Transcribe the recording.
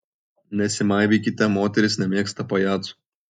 nesimaivykite moterys nemėgsta pajacų